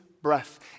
Breath